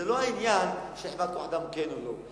זה לא העניין של חברת כוח-אדם כן או לא.